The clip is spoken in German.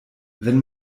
wenn